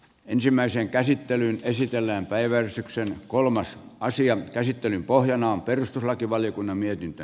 ensimmäisen käsittelyn esitellään päiväystyksen kolmas aasian käsittelyn pohjana on perustuslakivaliokunnan mietintö